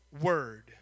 word